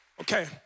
Okay